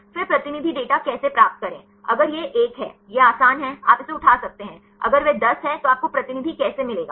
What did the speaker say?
फिर प्रतिनिधि डेटा कैसे प्राप्त करें अगर यह 1 है यह आसान है आप इसे उठा सकते हैं अगर वह 10 है तो आपको प्रतिनिधि कैसे मिलेगा